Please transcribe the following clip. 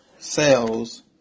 cells